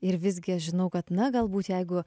ir visgi žinau kad na galbūt jeigu